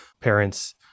parents